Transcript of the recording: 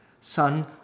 son